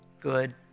good